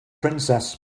princess